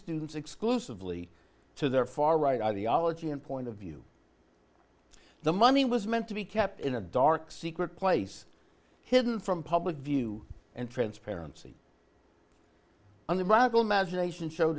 students exclusively to their far right ideology and point of view the money was meant to be kept in a dark secret place hidden from public view and transparency under radical magination show